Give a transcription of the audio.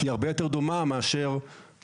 כי היא הרבה יותר דומה מאשר לתמ"א,